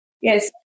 Yes